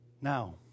Now